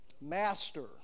Master